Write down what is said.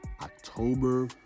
October